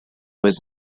was